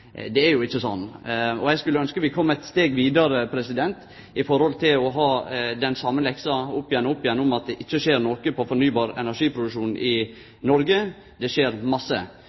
Det er jo ikkje sånn. Eg skulle ynskje vi kom eit steg vidare framfor å ha den same leksa opp igjen, at det ikkje skjer noko med fornybar energiproduksjon i Noreg. Det skjer masse,